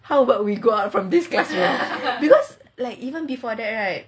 how about we go out from this classroom because like even before that right